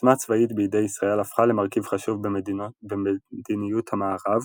עוצמה צבאית בידי ישראל הפכה למרכיב חשוב במדיניות המערב,